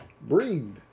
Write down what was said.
Breathe